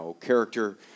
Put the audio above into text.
character